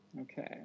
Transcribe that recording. Okay